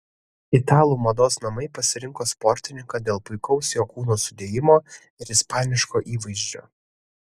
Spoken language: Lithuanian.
italų mados namai pasirinko sportininką dėl puikaus jo kūno sudėjimo ir ispaniško įvaizdžio